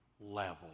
level